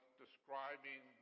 describing